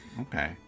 Okay